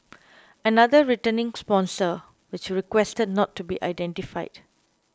another returning sponsor which requested not to be identified